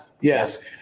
Yes